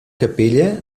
capella